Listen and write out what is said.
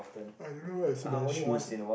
I don't know why I have so many shoes eh